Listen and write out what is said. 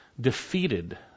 defeated